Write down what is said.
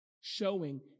showing